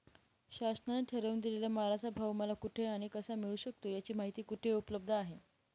शासनाने ठरवून दिलेल्या मालाचा भाव मला कुठे आणि कसा मिळू शकतो? याची माहिती कुठे उपलब्ध आहे?